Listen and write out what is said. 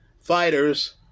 fighters